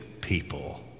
people